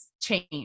change